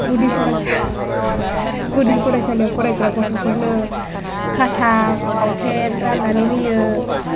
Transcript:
गुदि फरायसालि गुदि फरायसालियाव फरायग्रा गथ'फोरनो खाथा पावथेन राननानै होयो